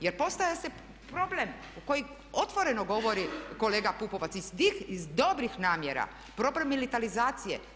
Jer postavlja se problem koji otvoreno govori kolega Pupovac iz dobrih namjera, problem militarizacije.